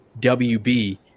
wb